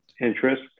interest